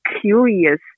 curious